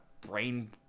brain